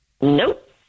Nope